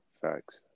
Facts